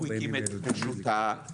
הוא הקים את רשות האסדרה,